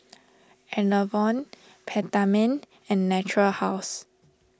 Enervon Peptamen and Natura House